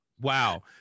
Wow